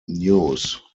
news